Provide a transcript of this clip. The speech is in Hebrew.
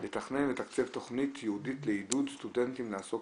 לתכנן ולתקצב תכנית ייעודית לעידוד סטודנטים לעסוק